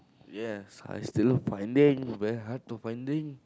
yes I still finding very hard to finding